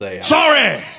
sorry